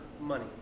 money